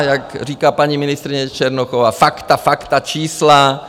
Jak říká paní ministryně Černochová fakta, fakta, čísla.